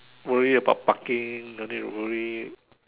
worry about parking don't need to worry